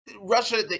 Russia